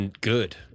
good